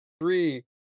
three